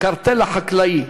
"הקרטל החקלאי".